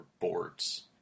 boards